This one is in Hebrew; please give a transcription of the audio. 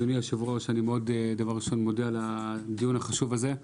אדוני היושב-ראש, אני מודה על הדיון החשוב הזה.